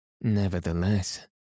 Nevertheless